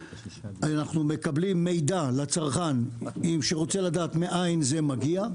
מקבלים מידע לצרכן שרוצה לדעת מאין זה מגיע.